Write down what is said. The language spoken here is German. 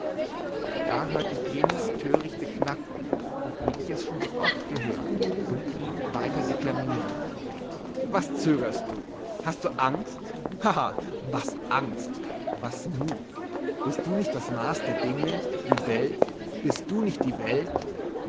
da hörte ich jenes törichte knacken wie ich es so oft schon hörte und ihn weiter deklamieren was zögerst du hast du angst haha was angst was mut bist du nicht das maß der dinge die welt bist du nicht die welt